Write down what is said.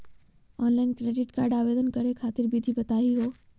Online credit card आवेदन करे खातिर विधि बताही हो?